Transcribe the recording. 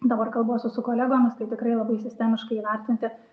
dabar kalbuosi su kolegomis tai tikrai labai sistemiškai įvertinti